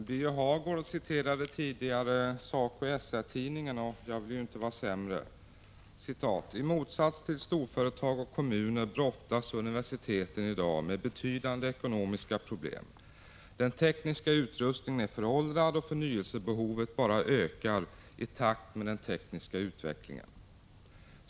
Fru talman! Birger Hagård citerade tidigare SACO/SR-tidningen, och jag vill inte vara sämre. ”I motsats till storföretag och kommuner brottas universiteten i dag med betydande ekonomiska problem: Den tekniska utrustningen är föråldrad och förnyelsebehovet bara ökar i takt med den tekniska utvecklingen.